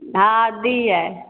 हँ दियै